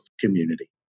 community